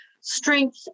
strength